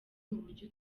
muburyo